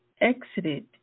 exited